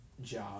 job